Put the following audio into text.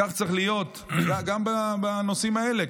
כך צריך להיות גם בנושאים האלה.